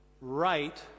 right